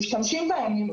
הם משתמשים בהן.